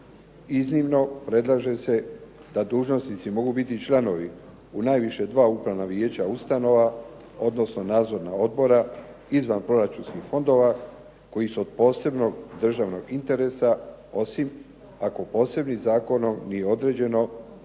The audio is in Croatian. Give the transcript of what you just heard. Iznimno predlaže se da dužnosnici mogu biti članovi u najviše dva upravna vijeća ustanova, odnosno nadzornih odbora izvanproračunskih fondova koji su od posebnog državnog interesa osim ako posebnim zakonom nije određeno da